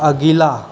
अगिला